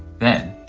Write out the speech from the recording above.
then